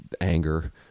anger